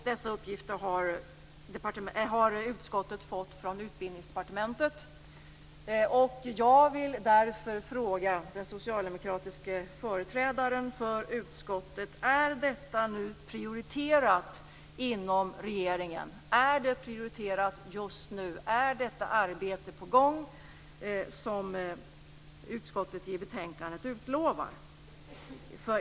Dessa uppgifter har utskottet fått från Utbildningsdepartementet. Jag vill därför fråga den socialdemokratiske företrädaren för utskottet: Är detta nu prioriterat inom regeringen? Är det arbete, som utskottet i betänkandet utlovar, på gång?